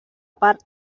part